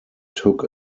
took